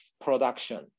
production